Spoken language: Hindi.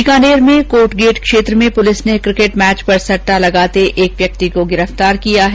बीकानेर में कोटगेट क्षेत्र में पुलिस ने किकेट मैच पर सटटा लगाते एक व्यक्ति को गिरफ़तार किया है